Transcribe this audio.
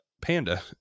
Panda